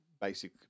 basic